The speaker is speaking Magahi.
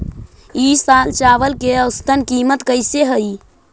ई साल चावल के औसतन कीमत कैसे हई?